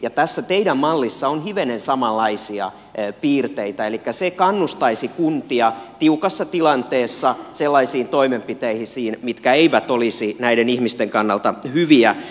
tässä teidän mallissanne on hivenen samanlaisia piirteitä elikkä se kannustaisi kuntia tiukassa tilanteessa sellaisiin toimenpiteisiin mitkä eivät olisi näiden ihmisten kannalta hyviä